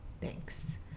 thanks